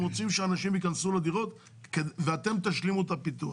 רוצים שאנשים ייכנסו לדירות ואתם תשלימו את הפיתוח.